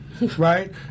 Right